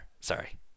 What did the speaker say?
sorry